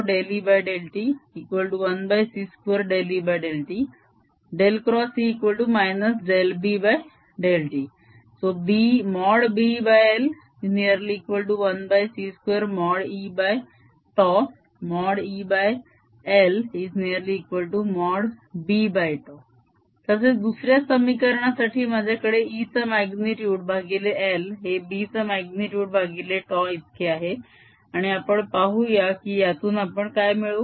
B00E∂t1c2E∂tE B∂t ।B।l1c2।E।।E।l।B। तसेच दुसऱ्या समीकरणासाठी माझ्याकडे E चा म्याग्नितुड भागिले l हे B चा म्याग्नितुड भागिले τ इतके आहे आणि आपण पाहूया की यातून आपण काय मिळवू